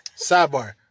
Sidebar